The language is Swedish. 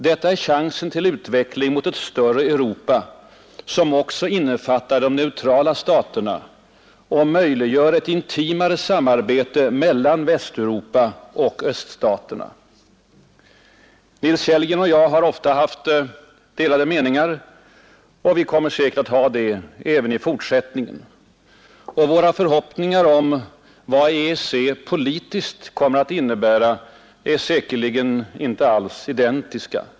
Detta är chansen till utveckling mot ett större Europa, som också innefattar de neutrala staterna och möjliggör ett intimare samarbete mellan Västeuropa och öststaterna.” Nils Kellgren och jag har ofta haft delade meningar och kommer säkert att ha det även i fortsättningen. Våra förhoppningar om vad EEC politiskt kommer att innebära är säkerligen inte alls identiska.